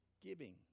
giving